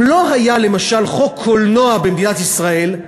אם לא היה, למשל, חוק קולנוע במדינת ישראל,